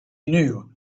knew